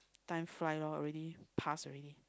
time fly lor already past already